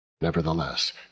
Nevertheless